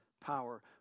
power